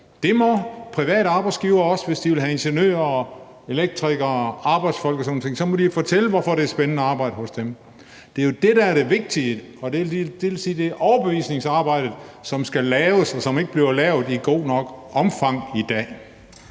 Det må private arbejdsgivere også. Hvis de vil have ingeniører og elektrikere og arbejdsfolk og sådan nogle folk, må de fortælle, hvorfor det er spændende at arbejde hos dem. Det er jo det, der er det vigtige, og det vil sige, at det er overbevisningsarbejdet, som skal laves, og som ikke bliver lavet i et godt nok omfang i dag.